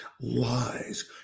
lies